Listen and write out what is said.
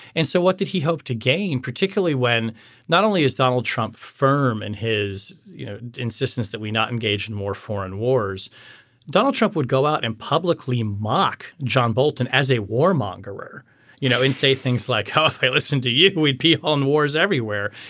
and so what did he hope to gain particularly when not only is donald trump firm and his you know insistence that we not engage in more foreign wars donald trump would go out and publicly mock john bolton as a war monger you know and say things like health care listen to you can we'd be on wars everywhere.